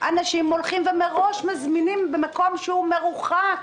אנשים מראש מזמינים במקום מרוחק